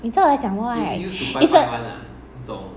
你知道我在讲什么 right is a